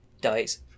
dies